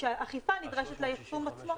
כשאכיפה נדרשת ליישום עצמו.